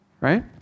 right